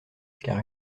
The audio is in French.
car